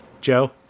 Joe